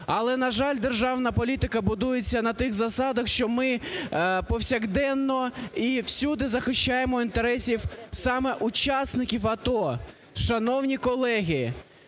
Але, на жаль, державна політика будується на тих засадах, що ми повсякденно і всюди захищаємо інтереси саме учасників АТО. Шановні колеги,